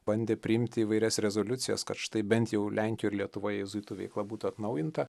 bandė priimti įvairias rezoliucijas kad štai bent jau lenkijoj ir lietuvoj jėzuitų veikla būtų atnaujinta